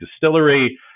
distillery